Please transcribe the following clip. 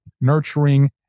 nurturing